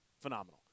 phenomenal